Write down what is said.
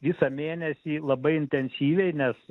visą mėnesį labai intensyviai nes